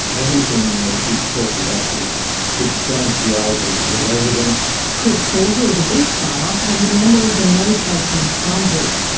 everything that she talked about was substantiated with evidence. chris porter is a beef farmer and a member of the no taswind farm group.